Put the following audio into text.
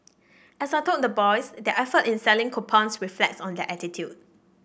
as I told the boys their effort in selling coupons reflects on their attitude